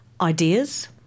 ideas